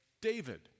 David